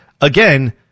again